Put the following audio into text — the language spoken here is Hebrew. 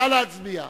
נא להצביע.